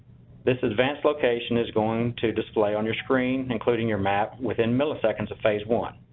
this advanced location is going to display on your screen, including your map within milliseconds of phase one.